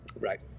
Right